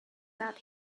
that